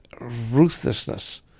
ruthlessness